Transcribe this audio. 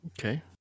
Okay